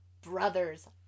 brothers